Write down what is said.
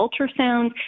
ultrasound